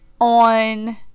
on